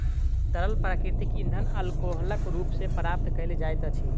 तरल प्राकृतिक इंधन अल्कोहलक रूप मे प्राप्त कयल जाइत अछि